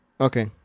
okay